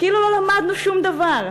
כאילו לא למדנו שום דבר.